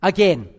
Again